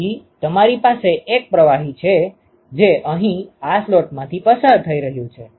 તેથી તમારી પાસે એક પ્રવાહી છે જે અહીં આ સ્લોટ્સમાંથી પસાર થઈ રહ્યું છે